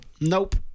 Nope